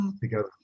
together